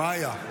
מה היה?